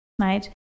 right